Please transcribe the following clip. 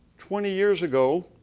twenty years ago,